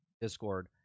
Discord